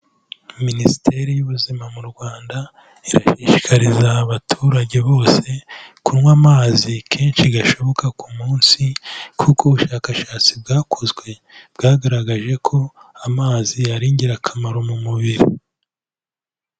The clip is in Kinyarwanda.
Minisiteri y'Ubuzima mu Rwanda, irashishikariza abaturage bose kunywa amazi kenshi gashoboka ku munsi, kuko ubushakashatsi bwakozwe bwagaragaje ko amazi ari ingirakamaro mu mubiri.